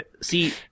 See